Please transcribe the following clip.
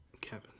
Kevin